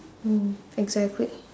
mm exactly